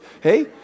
hey